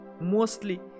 mostly